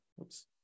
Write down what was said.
Oops